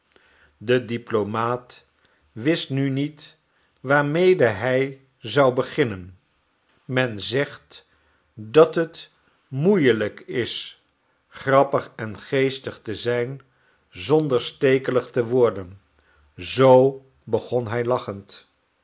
de diplomaat wist nu niet waarmede hij zou beginnen men zegt dat het moeielijk is grappig en geestig te zijn zonder stekelig te worden zoo begon hij lachend